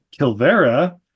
kilvera